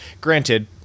Granted